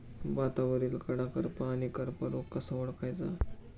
भातावरील कडा करपा आणि करपा रोग कसा ओळखायचा?